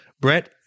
Brett